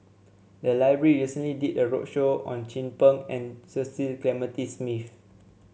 the library recently did a roadshow on Chin Peng and Cecil Clementi Smith